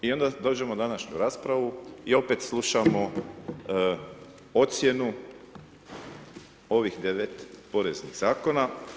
I onda dođemo na današnju raspravu i opet slušamo ocjenu ovih 9 poreznih zakona.